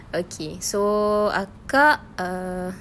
okay so akak err